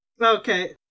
Okay